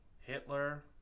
Hitler